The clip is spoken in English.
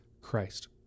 Christ